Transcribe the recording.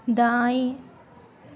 दाएं